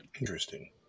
Interesting